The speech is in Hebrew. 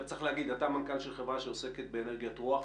גלעד, אתה מנכ"ל של חברה שעוסקת באנרגיית רוח,